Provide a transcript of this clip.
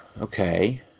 Okay